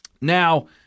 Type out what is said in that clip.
Now